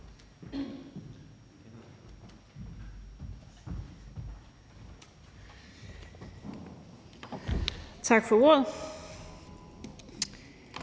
Tak for ordet.